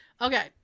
Okay